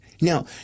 Now